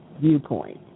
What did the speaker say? viewpoint